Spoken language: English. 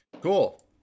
Cool